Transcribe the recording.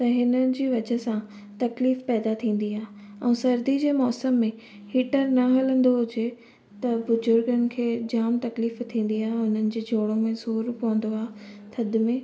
त हिननि जी वजह सां तकलीफ़ पैदा थींदी आहे ऐं सर्दी जे मौसम में हीटर न हलंदो हुजे त बुज़ुर्गनि खे जाम तकलीफ़ थींदी आहे हुननि जे जोड़ो में सूर पवंदो आहे थधि में